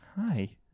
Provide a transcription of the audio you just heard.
Hi